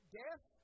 death